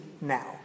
now